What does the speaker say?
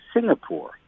Singapore